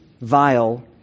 vile